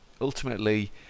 ultimately